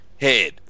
head